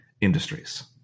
industries